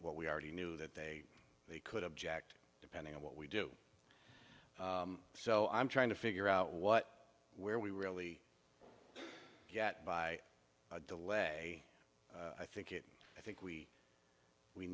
what we already knew that they they could object depending on what we do so i'm trying to figure out what where we really get by de lay i think it i think we we